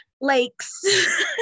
lakes